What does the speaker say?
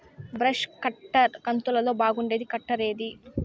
Brush cutter కంతులలో బాగుండేది cutter ఏది?